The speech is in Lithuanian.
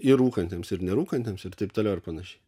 ir rūkantiems ir nerūkantiems ir taip toliau ir panašiai